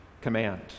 command